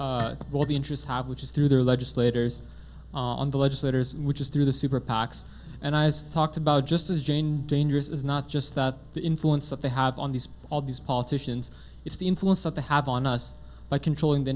goal the interest which is through their legislators on the legislators which is through the super pacs and i was talked about just as jane dangerous is not just that the influence that they have on these all these politicians it's the influence of the have on us by controlling the